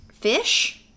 fish